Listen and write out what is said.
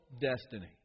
destiny